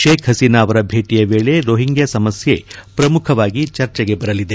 ಶೇಖ್ ಹಬೀನ ಅವರ ಭೇಟಿಯ ವೇಳೆ ರೊಹಿಂಗ್ಲಾ ಸಮಸ್ನೆ ಪ್ರಮುಖವಾಗಿ ಚರ್ಚೆಗೆ ಬರಲಿದೆ